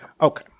Okay